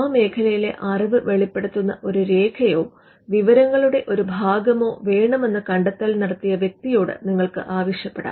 ആ മേഖലയിലെ അറിവ് വെളിപ്പെടുത്തുന്ന ഒരു രേഖയോ വിവരങ്ങളുടെ ഒരു ഭാഗമോ വേണമെന്ന് കണ്ടെത്തൽ നടത്തിയ വ്യക്തിയോട് നിങ്ങൾക്ക് ആവശ്യപ്പെടാം